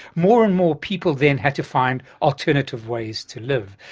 more and more people then had to find alternative ways to live,